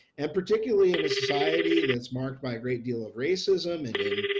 and particularly in a society that's marked by a great deal of racism and in,